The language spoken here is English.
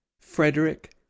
frederick